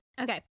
Okay